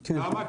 למה?